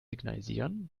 signalisieren